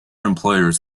employers